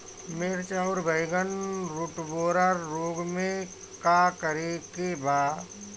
मिर्च आउर बैगन रुटबोरर रोग में का करे के बा?